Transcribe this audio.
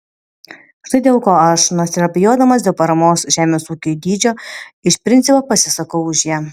štai dėl ko aš nors ir abejodamas dėl paramos žemės ūkiui dydžio iš principo pasisakau už ją